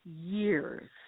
years